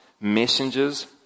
Messengers